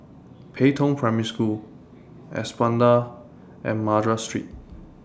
Pei Tong Primary School Espada and Madras Street